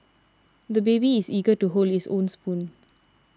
the baby is eager to hold his own spoon